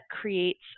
creates